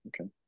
Okay